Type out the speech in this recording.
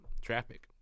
traffic